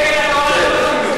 מדגל התורה,